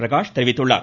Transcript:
பிரகாஷ் தெரிவித்துள்ளார்